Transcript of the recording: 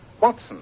Watson